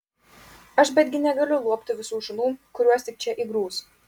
aš betgi negaliu liuobti visų šunų kuriuos tik čia įgrūs